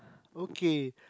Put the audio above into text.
okay